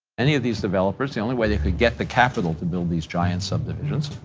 any of these developers, the only way they could get the capitol to build these giant subdivisions,